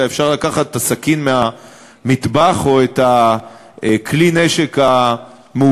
אלא אפשר לקחת את הסכין מהמטבח או את כלי הנשק המאולתר,